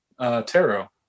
tarot